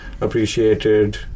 appreciated